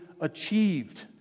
achieved